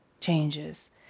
changes